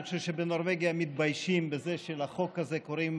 אני חושב שבנורבגיה מתביישים בזה שלחוק הזה קוראים